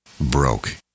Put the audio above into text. broke